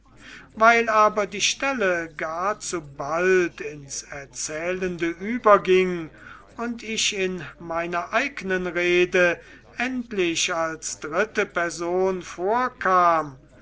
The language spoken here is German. weil aber die stelle gar zu bald ins erzählende überging und ich in meiner eignen rede endlich als dritte person vorkam